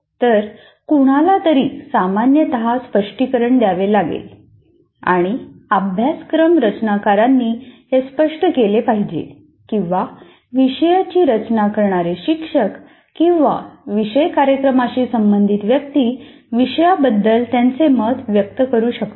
तर कुणालातरी सामान्यत स्पष्टीकरण द्यावे लागेल आणि अभ्यासक्रम रचनाकारांनी हे स्पष्ट केले पाहिजे किंवा विषयाची रचना करणारे शिक्षक किंवा विषय कार्यक्रमाशी संबंधित व्यक्ती विषयाबद्दल त्यांचे मत व्यक्त करू शकतात